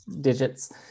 Digits